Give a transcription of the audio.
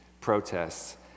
protests